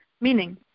Meaning